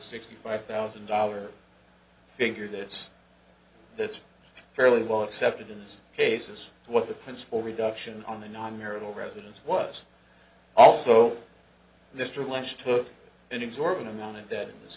sixty five thousand dollars figure that's that's fairly well accepted in those cases what the principal reduction on the non marital residence was also mr lynch took an exorbitant amount of that in this